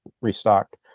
restocked